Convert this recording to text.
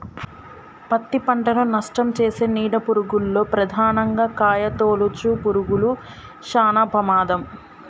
పత్తి పంటను నష్టంచేసే నీడ పురుగుల్లో ప్రధానంగా కాయతొలుచు పురుగులు శానా ప్రమాదం